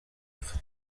apfa